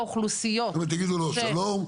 אוכלוסיות --- זאת אומרת יגידו לו: שלום,